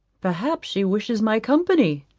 perhaps she wishes my company,